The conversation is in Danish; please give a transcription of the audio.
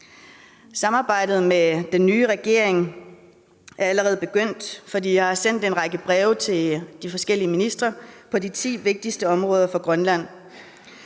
Samarbejdet med den nye regering er allerede begyndt, for jeg har sendt en række breve til de forskellige ministre på de ti vigtigste områder for Grønland.